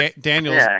Daniel